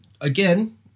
again